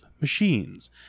machines